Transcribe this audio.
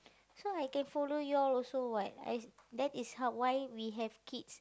so I can follow you all also [what] I that is how why we have kids